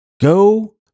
Go